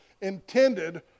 intended